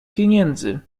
pieniędzy